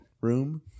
room